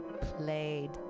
played